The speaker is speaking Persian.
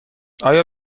آیا